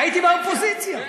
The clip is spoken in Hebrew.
היית באופוזיציה, כן.